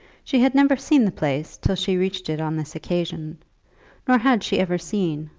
she had never seen the place till she reached it on this occasion nor had she ever seen,